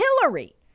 Hillary